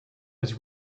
his